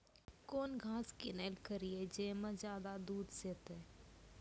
कौन घास किनैल करिए ज मे ज्यादा दूध सेते?